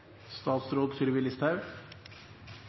statsråd Sylvi Listhaug